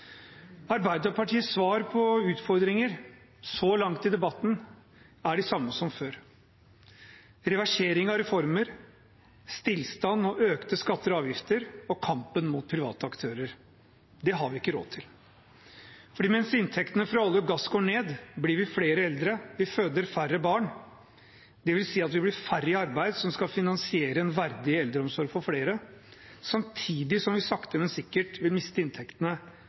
Arbeiderpartiets svar på utfordringer så langt i debatten er de samme som før: reversering av reformer, stillstand og økte skatter og avgifter og kampen mot private aktører. Det har vi ikke råd til, for mens inntektene fra olje og gass går ned, blir vi flere eldre, og vi føder færre barn. Det vil si at vi blir færre i arbeid som skal finansiere en verdig eldreomsorg for flere, samtidig som vi sakte, men sikkert vil miste inntektene